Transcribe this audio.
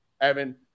Evan